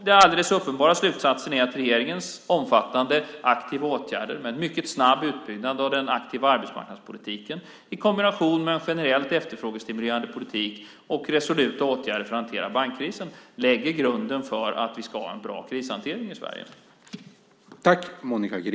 Den alldeles uppenbara slutsatsen är att regeringens omfattande aktiva åtgärder - en mycket snabb utbyggnad av den aktiva arbetsmarknadspolitiken, i kombination med en generellt efterfrågestimulerande politik och resoluta åtgärder för att hantera bankkrisen - lägger grunden för att vi ska ha en bra krishantering i Sverige.